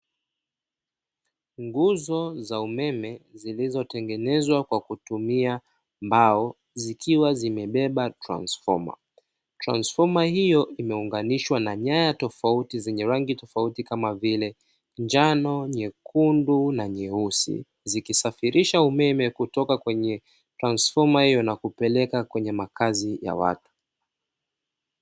Nguzo za umeme zilizotengenezwa kwa kutumia mbao zikiwa zimebeba transfoma, transfoma hiyo imeunganishwa na nyaya tofauti zenye rangi tofauti kama vile njano, nyekundu na nyeusi zikisafirisha umeme kutoka kwenye transfoma hiyo na kupeleka kwenye makazi ya watu.